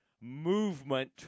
movement